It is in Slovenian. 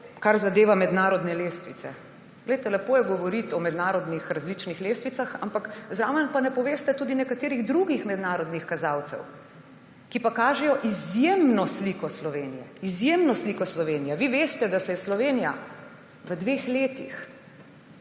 kar zadeva mednarodne lestvice. Poglejte, lepo je govoriti o mednarodnih različnih lestvicah, ampak zraven pa ne poveste tudi nekaterih drugih mednarodnih kazalcev, ki pa kažejo izjemno sliko Slovenije, izjemno sliko Slovenije. Ali vi veste, da se je Slovenija v dveh letih